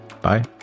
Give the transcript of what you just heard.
Bye